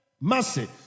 mercy